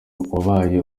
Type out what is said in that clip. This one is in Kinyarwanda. wabaye